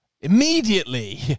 Immediately